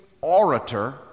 orator